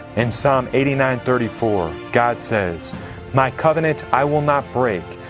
in psalm eighty nine thirty four god says my covenant i will not break,